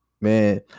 man